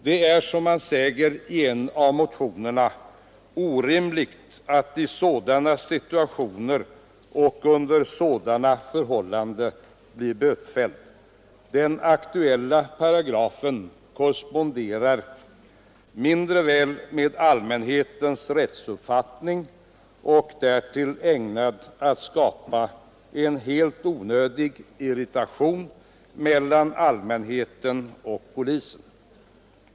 Det är, som man säger i en av motionerna, orimligt att i sådana situationer och under sådana förhållanden bli bötfälld. Den aktuella paragrafen korresponderar mindre väl med allmänhetens rättsuppfattning och är ägnad att skapa en helt onödig irritation mellan allmänheten och polisen.